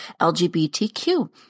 LGBTQ